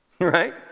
Right